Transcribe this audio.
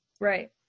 Right